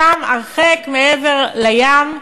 שם, הרחק מעבר לים,